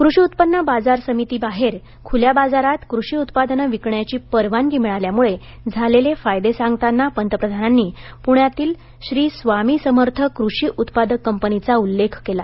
कृषी उत्पन्न बाजार समितीबाहेर खुल्या बाजारात कृषी उत्पादनं विकण्याची परवानगी मिळाल्यामुळे झालेले फायदे सांगताना पंतप्रधानांनी पुण्यातील श्री स्वामी समर्थ कृषी उत्पादक कंपनीचा उल्लेख केला